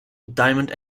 diamond